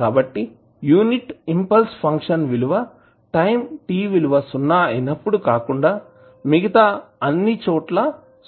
కాబట్టి unit impulse function విలువ time t విలువ సున్నా అయినప్పుడు కాకుండా మిగతా అన్ని చోట్ల